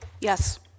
Yes